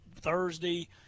Thursday